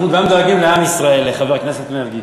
אנחנו גם דואגים לעם ישראל, חבר הכנסת מרגי.